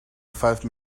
five